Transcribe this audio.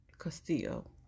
Castillo